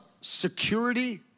security